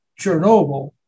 Chernobyl